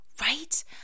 right